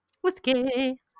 Whiskey